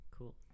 Cool